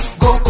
go